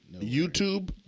YouTube